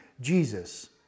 Jesus